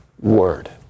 Word